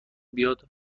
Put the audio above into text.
بیاد